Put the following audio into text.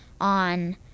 on